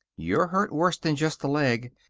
you're hurt worse than just the leg.